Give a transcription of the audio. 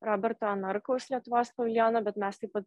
roberto narkaus lietuvos paviljoną bet mes taip pat